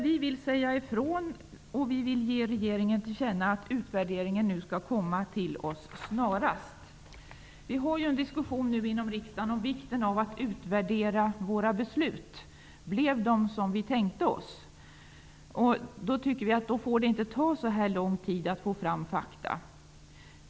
Vi vill säga ifrån, och vi vill ge regeringen till känna att utvärderingen nu skall komma till oss snarast. Vi har en diskussion nu inom riksdagen om vikten av att utvärdera våra beslut. Blev de som vi tänkte oss? Det får inte ta så här lång tid att få fram fakta.